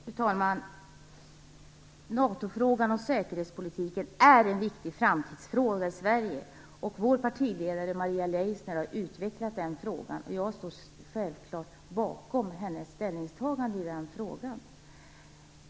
Fru talman! NATO och säkerhetspolitiken är en viktig framtidsfråga för Sverige. Vår partiledare Maria Leissner har utvecklat den frågan, och jag står självklart bakom hennes ställningstagande.